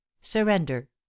surrender